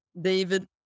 David